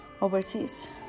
overseas